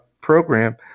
program